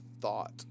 thought